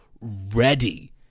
ready